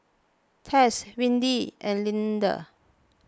Tess Windy and Linda